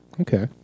Okay